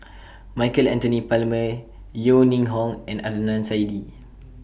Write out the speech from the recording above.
Michael Anthony Palmer Yeo Ning Hong and Adnan Saidi